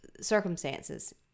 circumstances